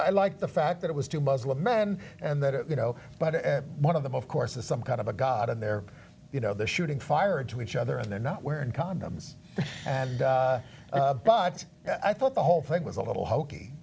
i like the fact that it was two muslim men and that you know but one of them of course is some kind of a god in their you know the shooting fire to each other and they're not wearing condoms and but i thought the whole thing was a little hokey